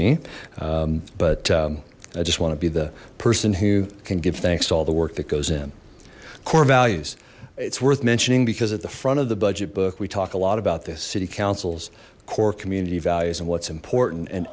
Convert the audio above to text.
me but i just want to be the person who can give thanks to all the work that goes in core values it's worth mentioning because at the front of the budget book we talk a lot about this city council's core community values and what's important and